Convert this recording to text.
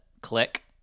click